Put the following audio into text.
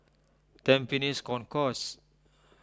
Tampines Concourse